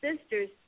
sister's